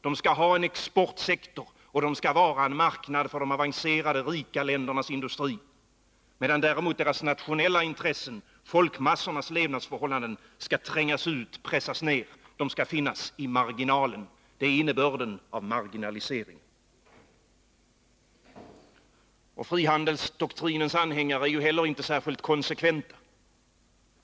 De skall ha en exportsektor, och de skall vara en marknad för de avancerade, rika ländernas industri, medan däremot deras nationella intressen, folkmassornas levnadsförhållanden, skall trängas ut och pressas ned. De skall finnas i marginalen. Det är innebörden av marginaliseringen. Frihandelsdoktrinens anhängare är ju heller inte särskilt konsekventa.